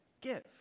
give